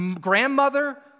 grandmother